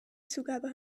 zugabe